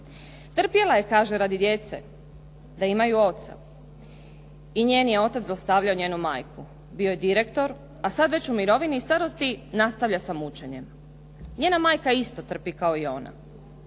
Trpjela je kaže radi djece da imaju oca. I njen je otac zlostavljao njenu majku. Bio je direktor, a sad već u mirovini i starosti nastavlja sa mučenjem. Njena majka isto trpi kao i ona.